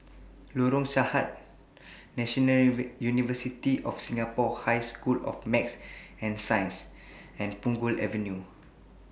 Lorong Sarhad National University of Singapore High School of Math and Science and Punggol Avenue